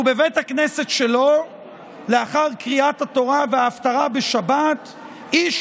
ובבית הכנסת שלו לאחר קריאת התורה וההפטרה בשבת איש